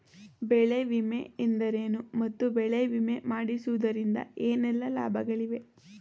ಬೆಳೆ ವಿಮೆ ಎಂದರೇನು ಮತ್ತು ಬೆಳೆ ವಿಮೆ ಮಾಡಿಸುವುದರಿಂದ ಏನೆಲ್ಲಾ ಲಾಭಗಳಿವೆ?